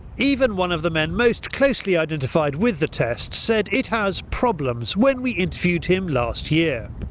even one of the men most closely identified with the test said it has problems when we interviewed him last year.